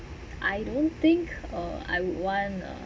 I don't think I would want a